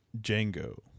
Django